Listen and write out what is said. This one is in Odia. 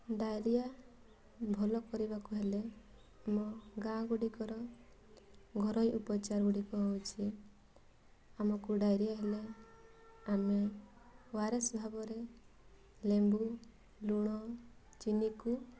ଡାଇରିଆ ଭଲ କରିବାକୁ ହେଲେ ଆମ ଗାଁ ଗୁଡ଼ିକର ଘରୋଇ ଉପଚାରଗୁଡ଼ିକ ହେଉଛି ଆମ କୁ ଡାଇରିଆ ହେଲେ ଆମେ ଓ ଆର୍ ଏସ୍ ଭାବରେ ଲେମ୍ବୁ ଲୁଣ ଚିନିକୁ